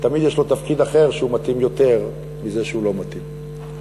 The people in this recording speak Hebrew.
תמיד יש לו תפקיד אחר שהוא מתאים לו יותר מזה שהוא לא מתאים לו.